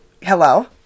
Hello